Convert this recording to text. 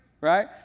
right